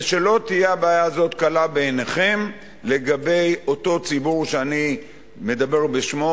ושלא תהיה הבעיה הזאת קלה בעיניכם לגבי אותו ציבור שאני מדבר בשמו.